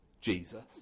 Jesus